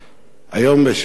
היום בשעה טובה